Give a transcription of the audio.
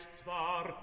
zwar